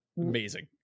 Amazing